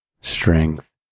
strength